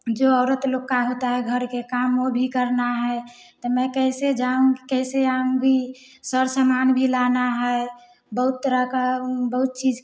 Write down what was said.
जो औरत लोग का होता है घर के काम वो भी करना है तो मैं कैसे जाऊँ कैसे आऊँगी सब समान भी लाना है बहुत तरह का बहुत चीज